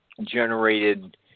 Generated